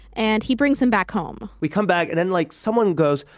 and he brings him back home we come back and then like someone goes,